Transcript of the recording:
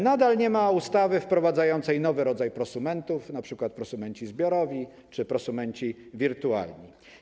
Nadal nie ma ustawy wprowadzającej nowy rodzaj prosumentów, np. prosumentów zbiorowych czy prosumentów wirtualnych.